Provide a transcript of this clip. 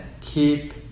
keep